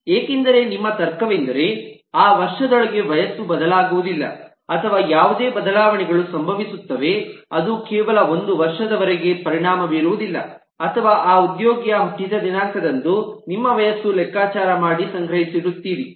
ಏಕೆಂದರೆ ನಿಮ್ಮ ತರ್ಕವೆಂದರೆ ಆ ವರ್ಷದೊಳಗೆ ವಯಸ್ಸು ಬದಲಾಗುವುದಿಲ್ಲ ಅಥವಾ ಯಾವುದೇ ಬದಲಾವಣೆಗಳು ಸಂಭವಿಸುತ್ತವೆ ಅದು ಕೇವಲ ಒಂದು ವರ್ಷದವರೆಗೆ ಪರಿಣಾಮ ಬೀರುವುದಿಲ್ಲ ಅಥವಾ ಆ ಉದ್ಯೋಗಿಯ ಹುಟ್ಟಿದ ದಿನಾಂಕದಂದು ನೀವು ವಯಸ್ಸನ್ನು ಲೆಕ್ಕಾಚಾರ ಮಾಡಿ ಸಂಗ್ರಹಿಸಿಡುತ್ತೀರಿ